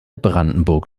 brandenburg